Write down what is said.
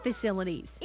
facilities